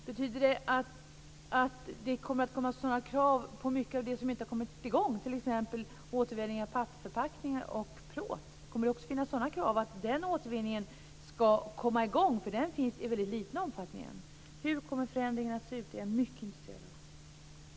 Betyder det att det kommer att ställas krav när det gäller mycket av det som inte har kommit i gång, t.ex. återvinning av pappförpackningar och plåt? Kommer det att finnas krav på att den återvinningen skall komma i gång? Den finns ju i en väldigt liten omfattning. Jag är mycket intresserad av att veta hur förändringen kommer att se ut.